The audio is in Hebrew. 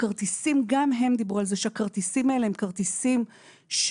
הכרטיסים גם הם דיברו על זה שהכרטיסים האלה הם כרטיסים טובים,